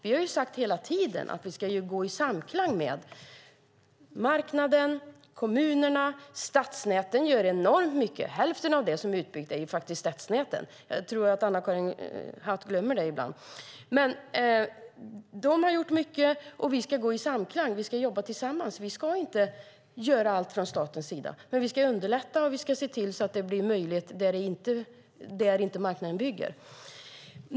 Hela tiden har vi sagt att vi ska arbeta i samklang med marknaden och kommunerna. Stadsnäten gör enormt mycket. Hälften av det som byggts ut är stadsnäten. Jag tror att Anna-Karin Hatt ibland glömmer det. Stadsnäten har alltså gjort mycket, och vi ska jobba i samklang; vi ska jobba tillsammans. Allt ska inte göras från statens sida, men vi ska underlätta och se till att det här blir möjligt där marknaden inte bygger.